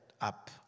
up